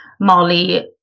Molly